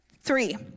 three